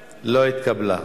31, אין נמנעים.